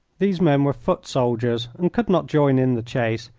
these men were foot-soldiers and could not join in the chase,